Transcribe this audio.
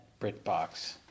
BritBox